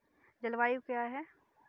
जलवायु क्या है?